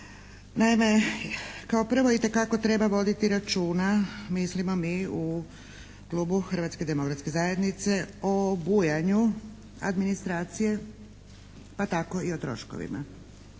Naime, kao prvo itekako treba voditi računa mislimo mi u klubu Hrvatske demokratske zajednice o bujanju administracije pa tako i o troškovima.